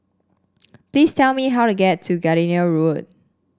please tell me how to get to Gardenia Road